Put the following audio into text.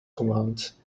commands